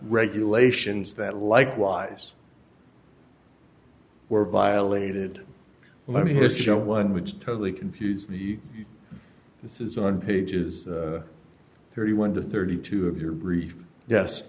regulations that likewise were violated let me just show one which totally confused me this is on pages thirty one to thirty two of your brief yes